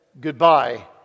goodbye